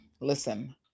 Listen